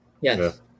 Yes